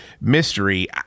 mystery